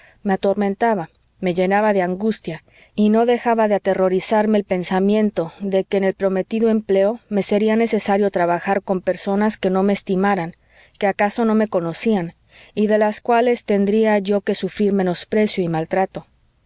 me atormentaba me llenaba de angustia y no dejaba de aterrorizarme el pensamiento de que en el prometido empleo me sería necesario tratar con personas que no me estimaran que acaso no me conocían y de las cuales tendría yo que sufrir menosprecio y maltrato